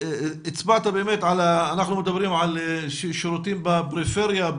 אנחנו מדברים על שירותים בפריפריה,